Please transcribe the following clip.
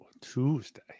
Tuesday